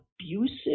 abusive